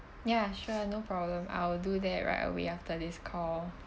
ya sure no problem I'll do that right away after this call